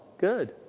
Good